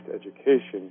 education